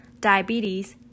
diabetes